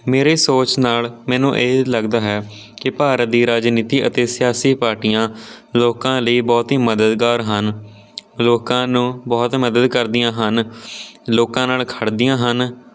ਮੇਰੇ ਸੋਚ ਨਾਲ ਮੈਨੂੰ ਇਹ ਲੱਗਦਾ ਹੈ ਕਿ ਭਾਰਤ ਦੀ ਰਾਜਨੀਤੀ ਅਤੇ ਸਿਆਸੀ ਪਾਰਟੀਆਂ ਲੋਕਾਂ ਲਈ ਬਹੁਤ ਹੀ ਮਦਦਗਾਰ ਹਨ ਲੋਕਾਂ ਨੂੰ ਬਹੁਤ ਮਦਦ ਕਰਦੀਆਂ ਹਨ ਲੋਕਾਂ ਨਾਲ ਖੜ੍ਹਦੀਆਂ ਹਨ